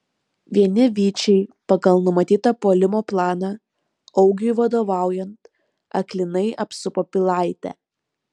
vieni vyčiai pagal numatytą puolimo planą augiui vadovaujant aklinai apsupo pilaitę